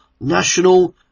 national